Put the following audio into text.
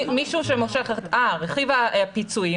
רכיב הפיצויים,